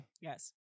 Yes